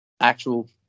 actual